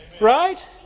Right